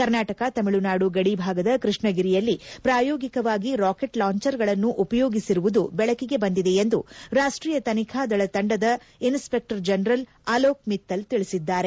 ಕರ್ನಾಟಕ ತಮಿಳುನಾಡು ಗಡಿ ಭಾಗದ ಕೃಷ್ಣಗಿರಿಯಲ್ಲಿ ಪ್ರಾಯೋಗಿಕವಾಗಿ ರಾಕೆಟ್ ಲಾಂಚರ್ಗಳನ್ನು ಉಪಯೋಗಿಸಿರುವುದು ಬೆಳಕಿಗೆ ಬಂದಿದೆ ಎಂದು ರಾಷ್ಟೀಯ ತನಿಖಾ ದಳ ತಂಡದ ಇನ್ಸ್ಪೆಕ್ಟರ್ ಜನರಲ್ ಅಲೋಕ್ ಮಿತ್ತಲ್ ತಿಳಿಸಿದ್ದಾರೆ